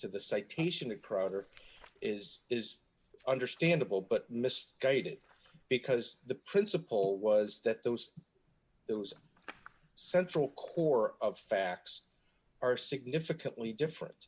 crowther is is understandable but misguided because the principle was that those there was a central core of facts are significantly different